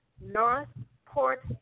Northport